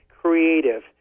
creative